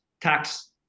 tax